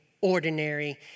ordinary